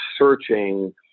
searching